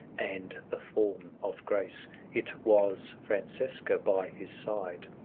and the form of grace it was francesca by his side,